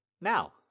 Now